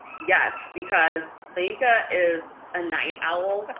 yes, because maika is a night owl,